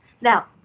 Now